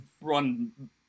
run